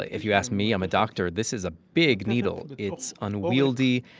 if you ask me i'm a doctor this is a big needle. it's unwieldy.